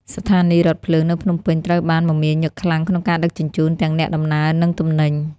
ស្ថានីយរថភ្លើងនៅភ្នំពេញត្រូវបានមមាញឹកខ្លាំងក្នុងការដឹកជញ្ជូនទាំងអ្នកដំណើរ និងទំនិញ។